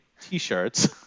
T-shirts